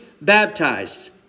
baptized